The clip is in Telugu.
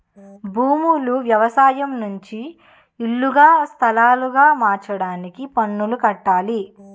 భూములు వ్యవసాయం నుంచి ఇల్లుగా స్థలాలుగా మార్చడానికి పన్ను కట్టాలి